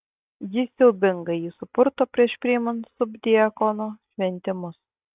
jis siaubingai jį supurto prieš priimant subdiakono šventimus